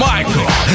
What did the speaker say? Michael